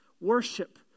Worship